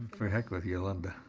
for heck with yolanda.